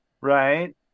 right